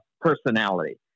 personality